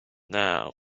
now